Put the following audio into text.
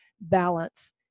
balance